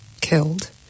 killed